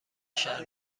شهر